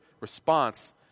response